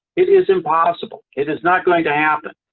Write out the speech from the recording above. it is impossible. it is not going to happen.